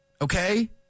Okay